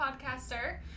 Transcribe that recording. podcaster